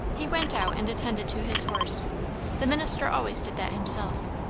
he went out and attended to his horse the minister always did that himself.